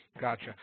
Gotcha